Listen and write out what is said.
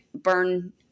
burn